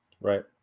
Right